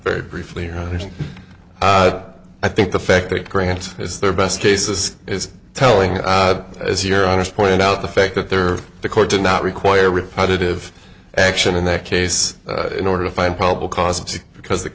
very briefly i think the fact that grant is their best cases is telling as you're honest pointed out the fact that there the court did not require repetitive action in their case in order to find probable cause to because the